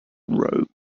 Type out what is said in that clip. rose